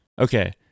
Okay